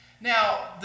Now